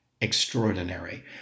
Extraordinary